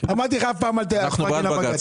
אמרתי לך, אף פעם אל תפרגן לבג"ץ.